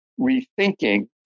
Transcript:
rethinking